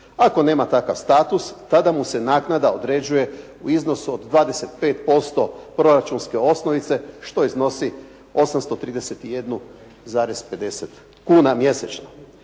Ako nema takav status, tada mu se naknada određuje u iznosu od 25% proračunske osnovice, što iznosi 831,50 kuna mjesečno.